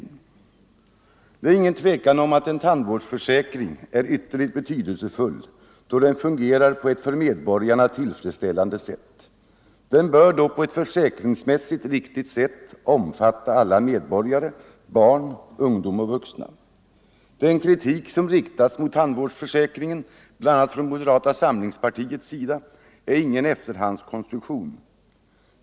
Det - Om upphävande av är inget tvivel om att en tandvårdsförsäkring är ytterligt betydelsefull — etableringsstoppet när den fungerar på ett för medborgarna tillfredsställande sätt. Den bör = för tandläkare, då på ett försäkringsmässigt riktigt sätt omfatta alla medborgare: barn, — m.m. ungdom och vuxna. Den kritik som riktats mot tandvårdsförsäkringen, bl.a. från moderata samlingspartiets sida, är ingen efterhandskonstruktion.